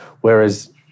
Whereas